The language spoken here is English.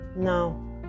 No